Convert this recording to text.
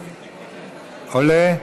עולה?